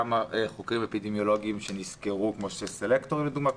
כמה חוקרים אפידמיולוגיים כמו סלקטורים לדוגמה,